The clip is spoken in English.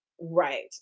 Right